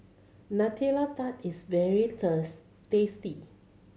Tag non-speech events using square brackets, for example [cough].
Nutella Tart is very [unintelligible] tasty